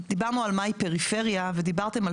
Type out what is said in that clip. דיברנו על מה היא פריפריה ודיברתם על